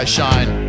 shine